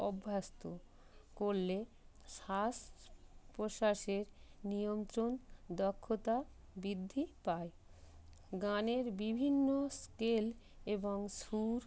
অভ্যস্ত করলে শ্বাস প্রশ্বাসের নিয়ন্ত্রণ দক্ষতা বৃদ্ধি পায় গানের বিভিন্ন স্কেল এবং সুর